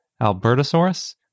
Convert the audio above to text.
Albertosaurus